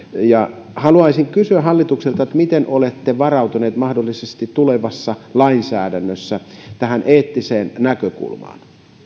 haluaisin kysyä hallitukselta miten olette varautuneet mahdollisesti tulevassa lainsäädännössä tähän eettiseen näkökulmaan